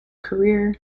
career